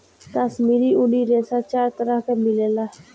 काश्मीरी ऊनी रेशा चार तरह के मिलेला